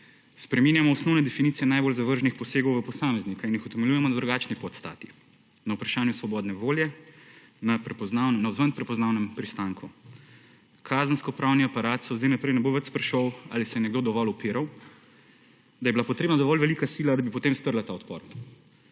Spreminjamo osnovne definicije najbolj zavržnih posegov v posameznika in jih utemeljujemo na drugačnih podstatih, na vprašanju svobodne volje, navzven prepoznavnem pristanku. Kazenskopravni aparat se od zdaj naprej ne bo več spraševal ali se je nekdo dovolj upiral, da je bila potrebna dovolj velika sila, da bi potem strla ta odpor.